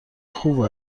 خوب